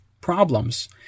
problems